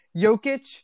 Jokic